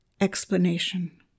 Explanation